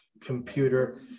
computer